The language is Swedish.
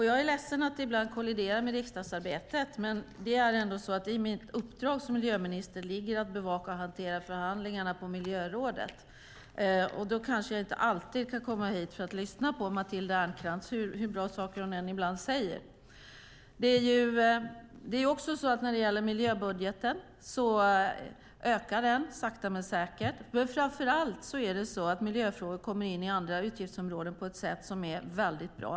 Jag är ledsen att det ibland kolliderar med riksdagsarbetet, men i mitt uppdrag som miljöminister ligger att bevaka och hantera förhandlingarna på miljörådet. Då kan jag inte alltid komma hit och lyssna på Matilda Ernkrans, hur bra saker hon än ibland säger. Miljöbudgeten ökar sakta men säkert. Framför allt kommer miljöfrågor in i andra utgiftsområden, vilket är bra.